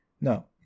no